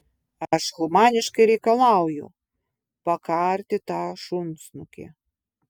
aš humaniškai reikalauju pakarti tą šunsnukį